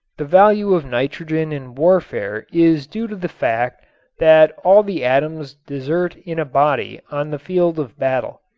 the value of nitrogen in warfare is due to the fact that all the atoms desert in a body on the field of battle.